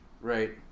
Right